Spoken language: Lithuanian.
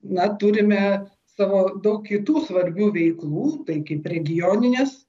na turime savo daug kitų svarbių veiklų tai kaip regioninės